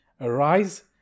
arise